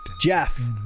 jeff